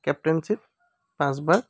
captainship পাঁচবাৰ